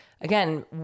again